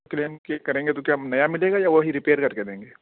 کلیم کی کریں گے تو کیا نیا ملے گا یا وہی ریپیئر کر کے دیں گے